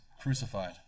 crucified